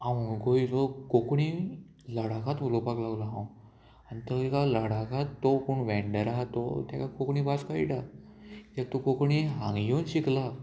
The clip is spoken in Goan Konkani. हांव गोंयचो कोंकणी लडाकात उलोवपाक लागलों हांव आनी थंय एका लडाकांत तो कोण वेंडर आहा तो तेका कोंकणी भास कयटा किद्याक तूं कोंकणी हांगा येवन शिकला